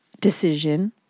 decision